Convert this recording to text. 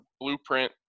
blueprint